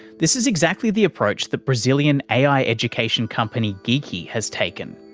this is exactly the approach that brazilian ai education company geekie has taken.